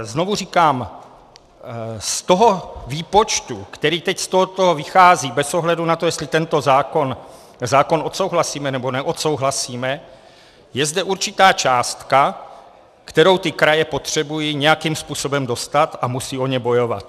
Znovu říkám, z toho výpočtu, který teď z tohoto vychází, bez ohledu na to, jestli tento zákon odsouhlasíme, nebo neodsouhlasíme, je zde určitá částka, kterou ty kraje potřebují nějakým způsobem dostat, a musí o ni bojovat.